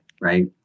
right